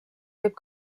võib